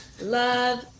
love